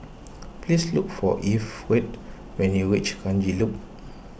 please look for Eve we when you reach Kranji Loop